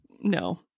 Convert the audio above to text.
no